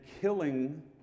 killing